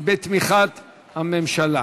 הן בתמיכת הממשלה.